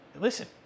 Listen